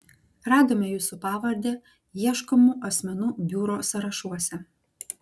radome jūsų pavardę ieškomų asmenų biuro sąrašuose